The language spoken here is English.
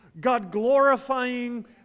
God-glorifying